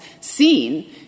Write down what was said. seen